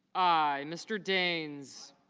i. mr. dames